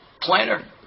Planner